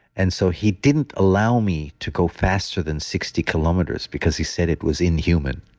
and so he didn't allow me to go faster than sixty kilometers because he said it was inhuman